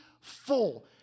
full